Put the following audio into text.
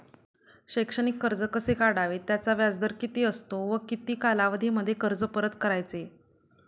शैक्षणिक कर्ज कसे काढावे? त्याचा व्याजदर किती असतो व किती कालावधीमध्ये कर्ज परत करायचे?